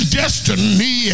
destiny